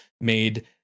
made